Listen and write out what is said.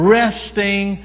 resting